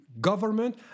Government